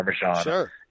parmesan